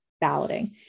balloting